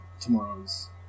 tomorrow's